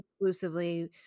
exclusively